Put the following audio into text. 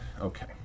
Okay